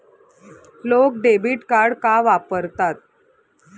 लोक debit card का वापरतात?